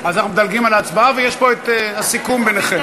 אז אנחנו מדלגים על ההצבעה ויש פה הסיכום ביניכם.